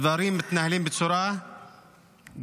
הדברים מתנהלים בצורה גזענית,